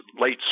late